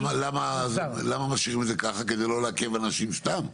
למה משאירים את זה כך, כדי לא לעכב אנשים סתם?